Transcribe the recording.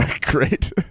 Great